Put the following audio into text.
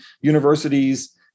universities